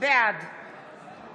בעד